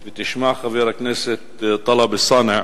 תשמע, חבר הכנסת טלב אלסאנע,